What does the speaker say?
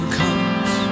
comes